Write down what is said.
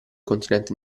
continente